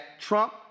Trump